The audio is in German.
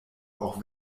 auch